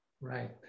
Right